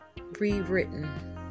rewritten